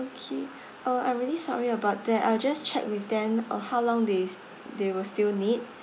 okay uh I'm really sorry about that I'll just check with them on how long they they will still need